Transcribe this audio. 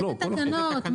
איזה תקנות?